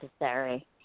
necessary